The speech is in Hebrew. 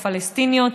הפלסטיניות.